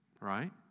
right